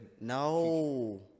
no